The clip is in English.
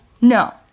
No